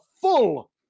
full